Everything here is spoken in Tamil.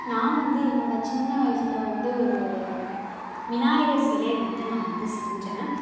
நான் வந்து என்னோட சின்ன வயசில் வந்து ஒரு விநாயகர் சிலை வந்து நான் வந்து செஞ்சேன்